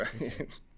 right